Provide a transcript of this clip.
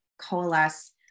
coalesce